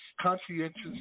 conscientious